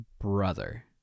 brother